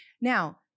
Now